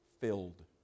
filled